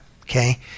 okay